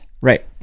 Right